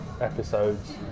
episodes